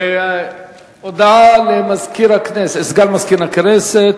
הודעה לסגן מזכירת הכנסת.